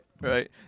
right